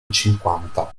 cinquanta